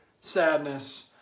sadness